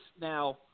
now –